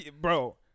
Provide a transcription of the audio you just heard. Bro